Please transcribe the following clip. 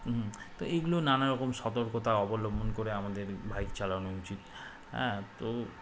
হুম তো এইগুলো নানারকম সতর্কতা অবলম্বন করে আমাদের বাইক চালানো উচিত হ্যাঁ তো